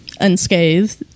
unscathed